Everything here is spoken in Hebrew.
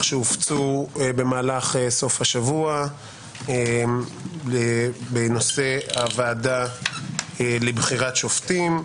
שהופצו במהלך סוף השבוע בנושא הוועדה לבחירת שופטים,